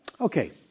Okay